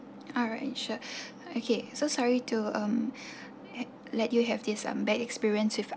alright sure okay so sorry to um let you have this um bad experience with